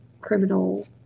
criminal